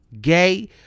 gay